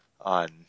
on